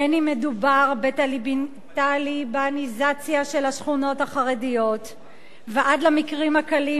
בין אם מדובר בטליבאניזציה של השכונות החרדיות ועד למקרים הקלים,